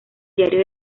diario